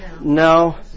No